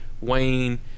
Wayne